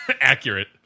Accurate